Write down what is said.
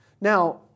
Now